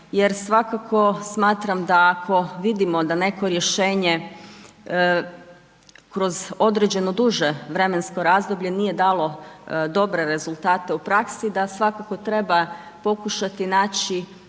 svakako smatram da ako vidimo da neko rješenje, kroz određeno duže vremensko razdoblje nije dalo dobre rezultate u praksi, da svakako treba pokušati naći